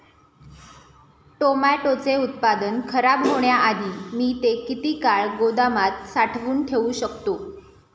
टोमॅटोचे उत्पादन खराब होण्याआधी मी ते किती काळ गोदामात साठवून ठेऊ शकतो?